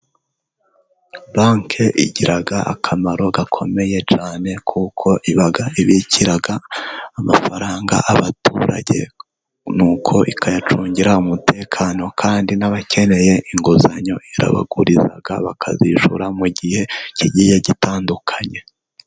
Banke igira akamaro gakomeye cyane, kuko iba ibikira amafaranga abaturage, n'uko ikayacungira umutekano, kandi n'abakeneye inguzanyo irabaguriza, bakazishyura mu gihe kigiye gitandukanye.